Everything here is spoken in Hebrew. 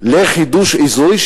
לחידוש אזורי,